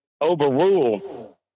overrule